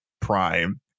prime